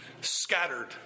scattered